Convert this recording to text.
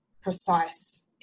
precise